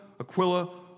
Aquila